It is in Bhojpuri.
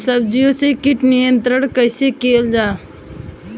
सब्जियों से कीट नियंत्रण कइसे कियल जा?